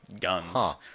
guns